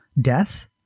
death